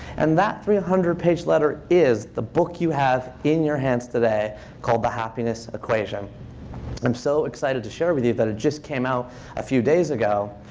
and that three hundred page letter is the book you have in your hands today called the happiness equation i'm so excited to share with you that that just came out a few days ago.